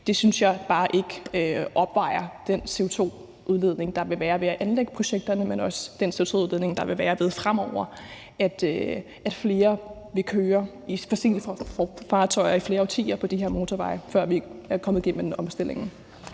Det synes jeg bare ikke opvejer den CO2-udledning, der vil være ved at anlægge projekterne, og også den CO2-udledning, der vil være, ved at flere fremover vil køre i bil i fossile fartøjer i flere årtier på de her motorveje, før vi er kommet igennem med omstillingen.